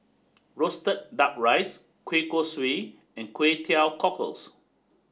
Roasted Duck Rice Kueh Kosui and Kway Teow Cockles